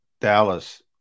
Dallas